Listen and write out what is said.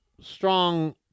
strong